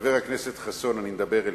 חבר הכנסת חסון, אני מדבר אליך,